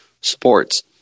sports